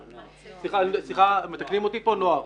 נוער.